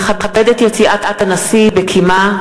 נכבד את יציאת הנשיא בקימה.